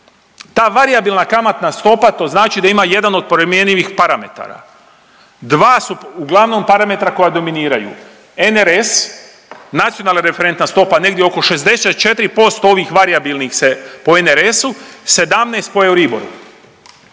Ta varijabilna kamatna stopa to znači da ima jedan od promjenjivih parametara, dva su uglavnom parametra koja dominiraju, NRS nacionalna referentna stopa, negdje oko 64% ovih varijabilnih se po NRS-u, 17 po Euriboru.